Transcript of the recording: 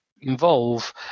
involve